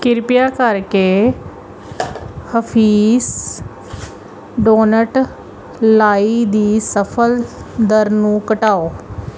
ਕਿਰਪਾ ਕਰਕੇ ਹਫੀਸ ਡੋਨਟ ਲਾਈ ਦੀ ਸ਼ਫਲ ਦਰ ਨੂੰ ਘਟਾਓ